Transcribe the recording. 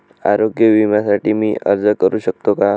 आरोग्य विम्यासाठी मी अर्ज करु शकतो का?